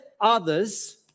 others